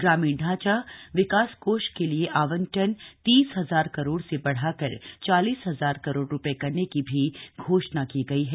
ग्रामीण ढांचा विकास कोष के लिए आवंटन तीस हजार करोड़ से बढ़ाकर चालीस हजार करोड़ रूपये करने की भी घोषणा की गई है